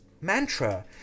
mantra